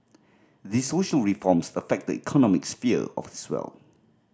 these social reforms affect the economic sphere as well